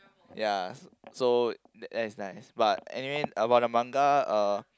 ya so that is nice but anyway about the manga uh